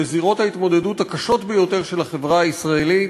לזירות ההתמודדות הקשות ביותר של החברה הישראלית,